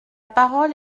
parole